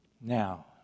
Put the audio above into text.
Now